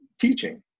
teaching